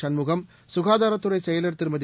சண்முகம் சுகாதாரத்துறை செயலர் திருமதி